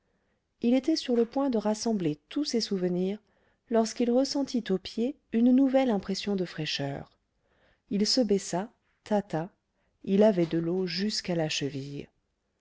il était sur le point de rassembler tous ses souvenirs lorsqu'il ressentit aux pieds une nouvelle impression de fraîcheur il se baissa tâta il avait de l'eau jusqu'à la cheville